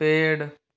पेड़